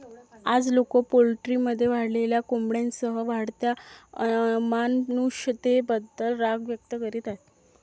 आज, लोक पोल्ट्रीमध्ये वाढलेल्या कोंबड्यांसह वाढत्या अमानुषतेबद्दल राग व्यक्त करीत आहेत